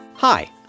Hi